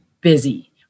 busy